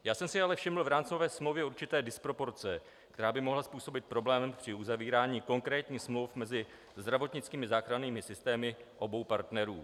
Já jsem si ale všiml v rámcové smlouvě určité disproporce, která by mohla způsobit problém při uzavírání konkrétních smluv mezi zdravotnickými záchrannými systémy obou partnerů.